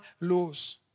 laws